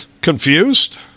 confused